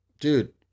dude